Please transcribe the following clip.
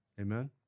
Amen